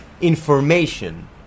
information